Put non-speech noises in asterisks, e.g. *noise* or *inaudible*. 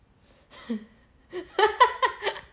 *laughs*